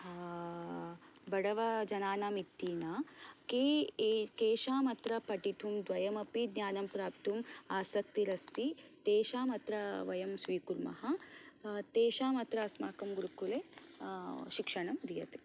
बडवजनानां इति न के ये केषां अत्र पठितुं द्वयमपि ज्ञानं प्राप्तुम् आसक्तिरस्ति तेषां अत्र वयं स्वीकुर्मः तेषाम् अत्र अस्माकं गुरुकुले शिक्षणं दीयते